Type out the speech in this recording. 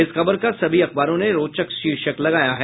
इस खबर का सभी अखबारों ने रोचक शीर्षक लगाया है